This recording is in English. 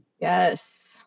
yes